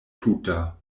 tuta